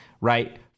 right